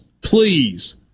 please